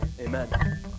amen